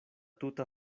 tuta